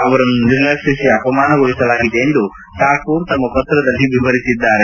ಅವರನ್ನು ನಿರ್ಲಕ್ಷಿಸಿ ಅಪಮಾನಗೊಳಿಸಲಾಗಿದೆ ಎಂದು ಠಾಕೂರ್ ತಮ್ಮ ಪತ್ರದಲ್ಲಿ ತಿಳಿಸಿದ್ದಾರೆ